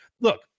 look